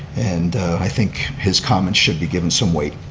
and i think his comments should be given some weight.